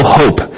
hope